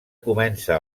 comença